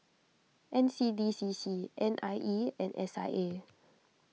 N C D C C N I E and S I A